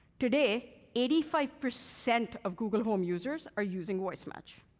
today, eighty five percent of google home users are using voice match.